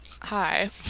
Hi